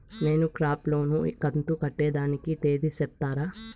నేను crop loan కంతు కట్టేదానికి తేది సెప్తారా?